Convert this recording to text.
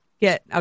get